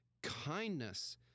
kindness